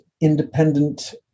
independent